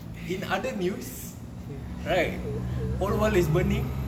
in other news right whole world is burning